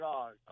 God